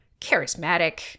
charismatic